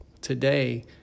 today